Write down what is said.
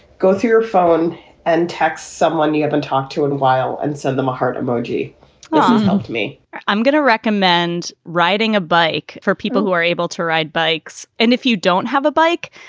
go through your phone and text someone you haven't talked to in a while and send them a heart emoji helped me i'm going to recommend riding a bike for people who are able to ride bikes. and if you don't have a bike,